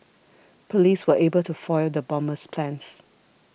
police were able to foil the bomber's plans